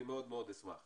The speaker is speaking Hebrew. אני מאוד מאוד אשמח.